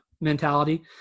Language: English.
mentality